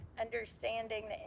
understanding